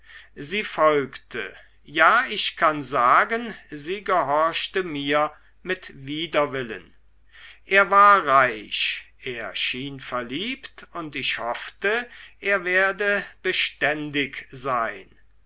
sie folgte ja ich kann sagen sie gehorchte mir mit widerwillen er war reich er schien verliebt und ich hoffte er werde beständig sein